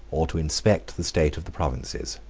or to inspect the state of the provinces.